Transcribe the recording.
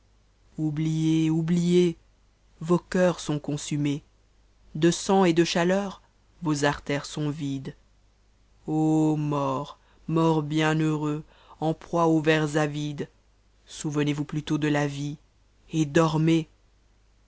oubliez oubliez vos cœurs sont consmmes de sang et de chaleur vos artères sont vides morts morts mcnhcmremx en proie aux vers avides souvenez-vous plutôt de la vie et dormez